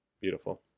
Beautiful